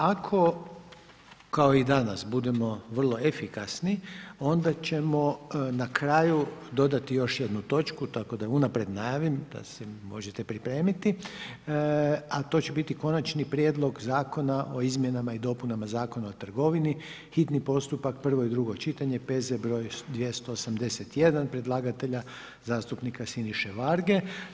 Ako kao i danas budemo vrlo efikasni, onda ćemo na kraju dodati još jednu točku, tako da je unaprijed najavim da se možete pripremiti, a to će biti Konačni prijedlog Zakona o izmjenama i dopunama Zakona o trgovini, hitni postupak, prvo i drugo čitanje, P.Z. br. 281 predlagatelja zastupnika Siniše Varge.